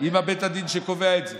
עם בית הדין שקובע את זה.